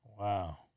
Wow